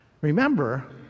Remember